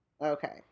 okay